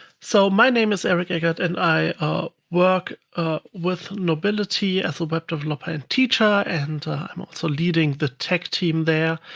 so my name is eric eggert, and i work with knowbility as a web developer and teacher, and i'm also leading the tech team there.